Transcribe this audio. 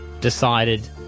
decided